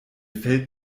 fällt